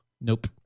Nope